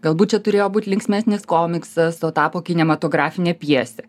galbūt čia turėjo būt linksmesnis komiksas o tapo kinematografine pjesė